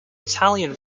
italian